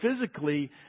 physically